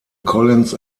collins